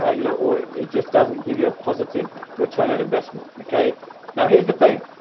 ah you know or it just doesn't give you a positive return on investments, okay now. here's the thing